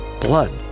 blood